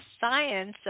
Science